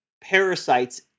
parasites